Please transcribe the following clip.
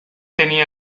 tenía